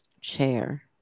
Chair